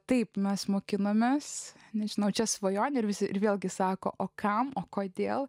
taip mes mokinomės nežinau čia svajonių ir visi ir vėlgi sako o kam o kodėl